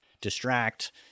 distract